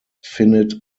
finite